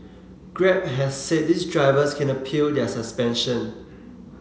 grab has said these drivers can appeal their suspension